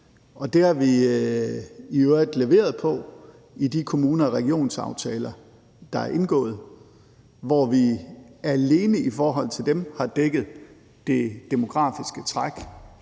det har vi i øvrigt leveret på i de kommune- og regionsaftaler, der er indgået, hvor vi alene i forhold til dem har dækket det demografiske træk